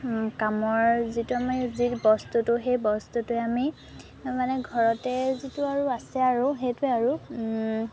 কামৰ যিটো আমি যি বস্তুটো সেই বস্তুটোৱে আমি মানে ঘৰতে যিটো আৰু আছে আৰু সেইটোৱে আৰু